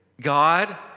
God